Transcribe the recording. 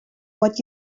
what